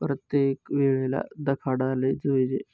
परतेक येळले देखाडाले जोयजे